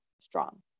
strong